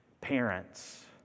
parents